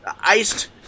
iced